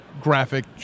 graphic